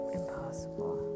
impossible